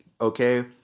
Okay